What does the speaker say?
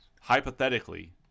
hypothetically